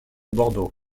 bordeaux